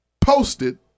posted